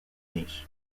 niche